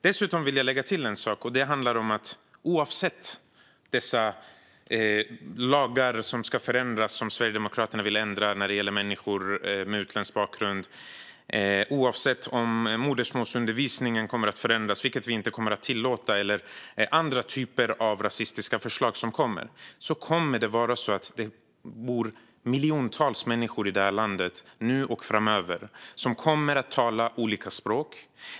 Dessutom vill jag lägga till en sak. Sverigedemokraterna vill förändra lagar som gäller människor med utländsk bakgrund. Man vill förändra modersmålsundervisningen, vilket vi inte kommer att tillåta. Det kommer också andra typer av rasistiska förslag. Oavsett detta kommer det nu och framöver i det här landet att bo miljontals människor som talar olika språk.